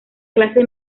clase